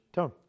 Tom